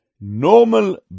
normal